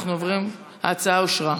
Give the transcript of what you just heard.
ההצעה אושרה.